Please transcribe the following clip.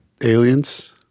aliens